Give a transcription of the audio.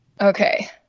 Okay